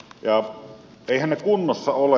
eiväthän ne kunnossa ole